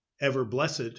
ever-blessed